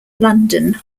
london